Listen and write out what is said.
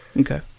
Okay